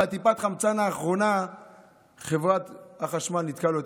ואת טיפת החמצן האחרונה חברת החשמל ניתקה לו,